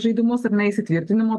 žaidimus ar ne įsitvirtinimo